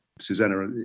Susanna